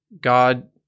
God